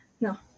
No